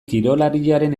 kirolariaren